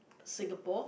Singapore